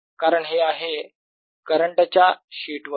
कारण हे आहे करंट च्या शीट वर